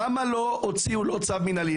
למה לא הוציאו לו צו מנהלי?